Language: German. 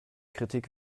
kritik